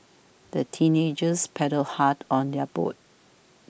the teenagers paddled hard on their boat